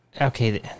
Okay